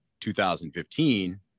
2015